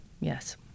Yes